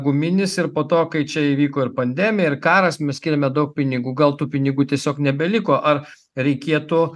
guminis ir po to kai čia įvyko ir pandemija ir karas mes skiriame daug pinigų gal tų pinigų tiesiog nebeliko ar reikėtų